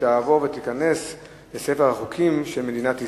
וגם היא תעבור לספר החוקים של מדינת ישראל.